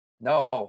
No